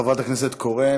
חברת הכנסת קורן,